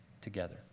together